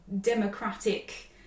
democratic